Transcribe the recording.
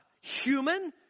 human